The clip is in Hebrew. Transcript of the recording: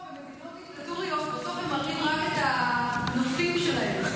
במדינות דיקטטוריות בסוף הם מראים רק את הנופים שלהם.